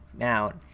out